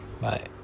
Bye